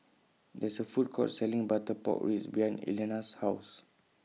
There IS A Food Court Selling Butter Pork Ribs behind Elianna's House